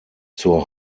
zur